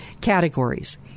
categories